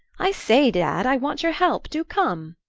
i say, dad, i want your help do come.